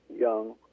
young